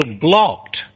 blocked